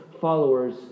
followers